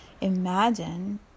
imagine